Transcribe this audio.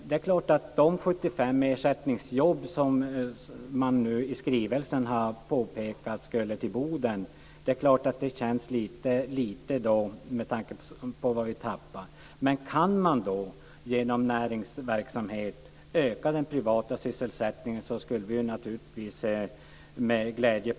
Det är klart att de 75 ersättningsjobb som man i skrivelsen pekar på och som ska till Boden känns litet med tanke på vad vi tappar. Men kan man genom näringsverksamhet öka den privata sysselsättningen skulle vi naturligtvis se på det med glädje.